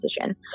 position